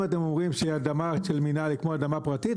אם אתם אומרים שאדמה של המינהל היא כמו אדמה פרטית,